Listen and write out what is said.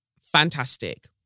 fantastic